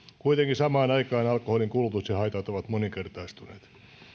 kuitenkin samaan aikaan alkoholin kulutus ja haitat ovat moninkertaistuneet